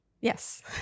Yes